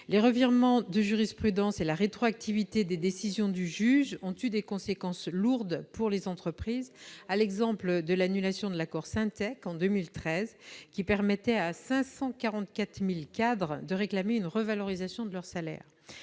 Les revirements de jurisprudence et la rétroactivité des décisions du juge ont eu des conséquences lourdes pour les entreprises, comme lors de l'annulation de l'accord Syntec en 2013, qui permettait à 544 000 cadres de réclamer une revalorisation de leurs salaires.